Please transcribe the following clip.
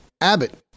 Abbott